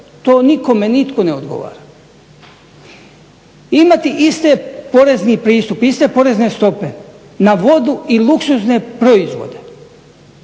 to nikome nitko ne odgovara. Imati iste porezni pristup, iste porezne stope na vodu i luksuzne proizvode